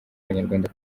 abanyarwanda